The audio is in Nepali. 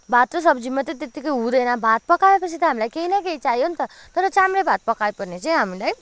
भात र सब्जी मात्रै त्यत्तिकै हुँदैन भात पकाएपछि त हामीलाई केही न केही चाहियो नि त तर चाम्रे भात पकायो भने चाहिँ हामीलाई